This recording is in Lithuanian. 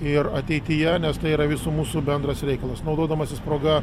ir ateityje nes tai yra visų mūsų bendras reikalas naudodamasis proga